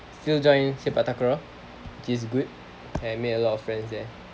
still join takraw which is good and made a lot of friends there